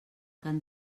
cant